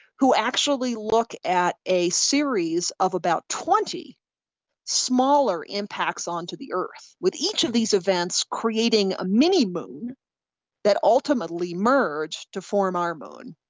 who actually look at a series of about twenty smaller impacts onto the earth, with each of these events creating a mini moon that ultimately merged to form our moon.